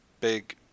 big